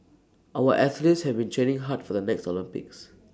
our athletes have been training hard for the next Olympics